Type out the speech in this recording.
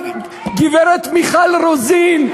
גברת מיכל רוזין,